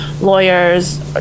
lawyers